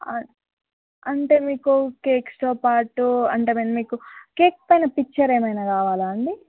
అంటే మీకు కేక్స్తో పాటు అంటే ఐ మీన్ మీకు కేక్ పైన పిక్చర్ ఏమైనా కావాలా అండి